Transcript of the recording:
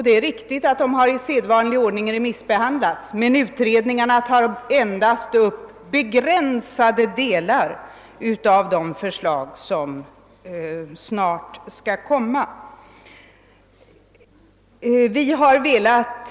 Det är riktigt att remissbehandling har förekommit, men utredningarna har endast tagit upp begränsade delar av det förslag som snart kommer att presenteras.